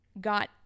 got